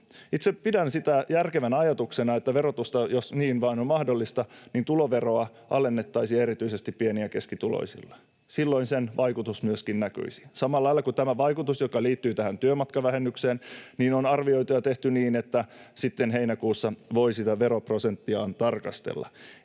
Itse pidän järkevänä ajatuksena, jos niin vain on mahdollista, että tuloveroa alennettaisiin erityisesti pieni- ja keskituloisilla. Silloin sen vaikutus myöskin näkyisi. Samalla lailla tämä vaikutus, joka liittyy tähän työmatkavähennykseen, on arvioitu ja tehty niin, että sitten heinäkuussa voi sitä veroprosenttiaan tarkastella.